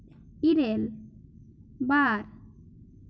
ᱤᱨᱮᱞ ᱵᱟᱨ